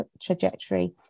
trajectory